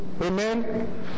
Amen